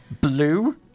Blue